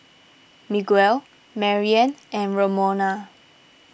Miguel Mariann and Ramona